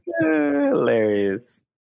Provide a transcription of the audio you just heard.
Hilarious